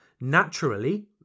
Naturally